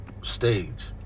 stage